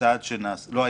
חיים